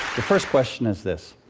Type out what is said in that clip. the first question is this.